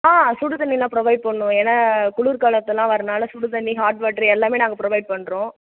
ஆ சுடு தண்ணிலாம் ப்ரொவைட் பண்ணுவோம் ஏன்னா குளிர் காலத்துலலாம் வரதுனால் சுடு தண்ணி ஹாட் வாட்டர் எல்லாமே நாங்கள் ப்ரொவைட் பண்ணுறோம்